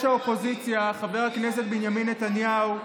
האופוזיציה חבר הכנסת בנימין נתניהו אומר: